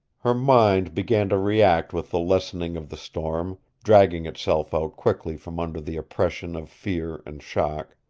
her mind began to react with the lessening of the storm, dragging itself out quickly from under the oppression of fear and shock.